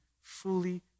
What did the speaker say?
fully